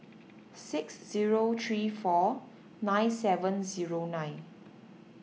six zero three four nine seven zero nine